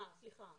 מה, סליחה?